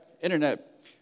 Internet